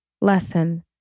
lesson